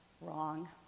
wrong